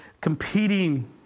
competing